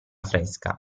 fresca